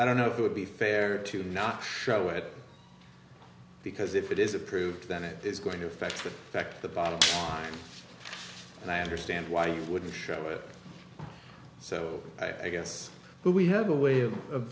i don't know if it would be fair to not show it because if it is approved then it is going to affect the fact the bottom line and i understand why you wouldn't show it so i guess but we have a way of